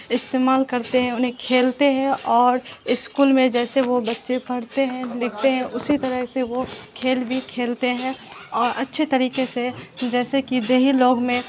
استعمال کرتے ہیں انہیں کھیلتے ہیں اور اسکول میں جیسے وہ بچے پڑھتے ہیں لکھتے ہیں اسی طرح سے وہ کھیل بھی کھیلتے ہیں اور اچھے طریقے سے جیسے کہ دیہی لوگ میں